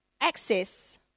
access